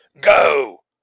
go